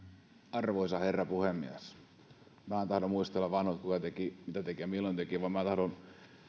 arvoisa herra puhemies minä en tahdo muistella vanhoja että kuka teki mitä teki ja milloin teki vaan tahdon